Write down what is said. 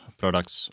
products